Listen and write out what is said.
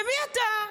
מי אתה?